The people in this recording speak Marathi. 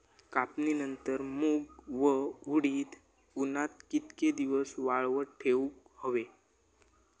कापणीनंतर मूग व उडीद उन्हात कितके दिवस वाळवत ठेवूक व्हये?